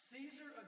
Caesar